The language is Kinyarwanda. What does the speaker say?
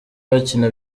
bakina